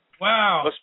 Wow